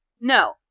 No